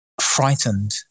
frightened